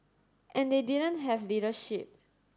and they didn't have leadership